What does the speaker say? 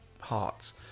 Hearts